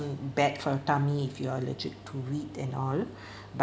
bad for your tummy if you are allergic to wheat and all but